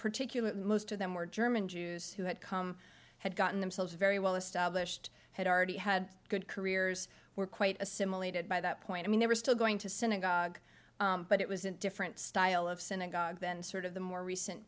particular most of them were german jews who had come had gotten themselves very well established had already had good careers were quite assimilated by that point i mean they were still going to synagogue but it was a different style of synagogue then sort of the more recent